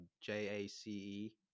J-A-C-E